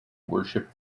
worship